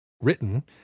written